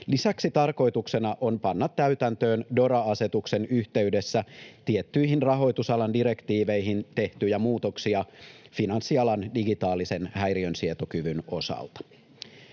Lisäksi tarkoituksena on panna täytäntöön DORA-asetuksen yhteydessä tiettyihin rahoitusalan direktiiveihin tehtyjä muutoksia finanssialan digitaalisen häiriönsietokyvyn osalta.